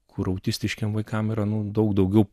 kur autistiškiem vaikam yra nu daug daugiau